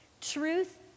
Truth